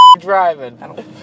Driving